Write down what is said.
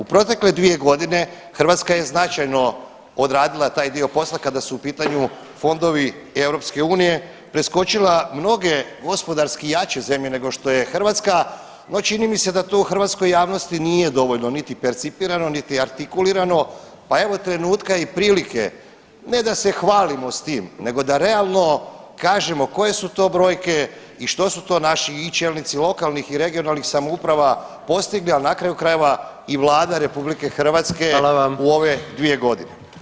U protekle 2.g. Hrvatska je značajno odradila taj dio posla kada su u pitanju fondovi EU i preskočila mnoge gospodarski jače zemlje nego što je Hrvatska, no čini mi se da to u hrvatskoj javnosti nije dovoljno niti percipirano, niti artikulirano, pa evo trenutka i prilike ne da se hvalimo s tim nego da realno kažemo koje su to brojke i što su to naši i čelnici lokalnih i regionalnih samouprava postigli, al na kraju krajeva i Vlada RH u ove 2.g.